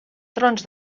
trons